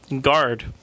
guard